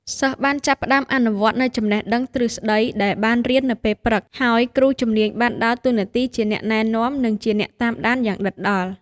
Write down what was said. សិស្សបានចាប់ផ្តើមអនុវត្តនូវចំណេះដឹងទ្រឹស្តីដែលបានរៀននៅពេលព្រឹក ហើយគ្រូជំនាញបានដើរតួនាទីជាអ្នកណែនាំនិងជាអ្នកតាមដានយ៉ាងដិតដល់។